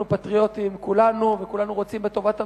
אנחנו פטריוטים כולנו, וכולנו רוצים בטובת המדינה,